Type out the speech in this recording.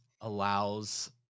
allows